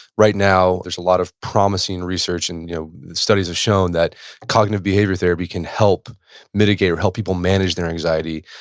right now, there's a lot of promising research, and you know studies have shown that cognitive behavior therapy can help mitigate or help people manage their anxiety.